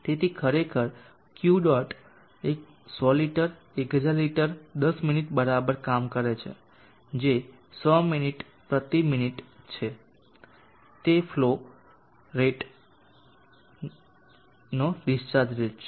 તેથી ખરેખર Q dot 100 litre 1000 litre 10 minute બરાબર કામ કરે છે જે 100 મિનિટ પ્રતિ મિનિટ છે તે ફ્લો રેટનો ડિસ્ચાર્જ રેટ છે